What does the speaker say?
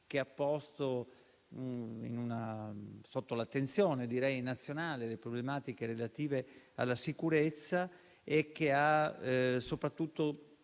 che ha posto all'attenzione nazionale le problematiche relative alla sicurezza e che ha soprattutto